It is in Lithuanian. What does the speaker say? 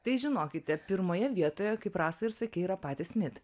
tai žinokite pirmoje vietoje kaip rasa ir sakei yra pati smit